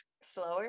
slower